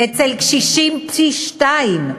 אצל קשישים, פי-שניים.